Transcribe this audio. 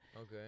Okay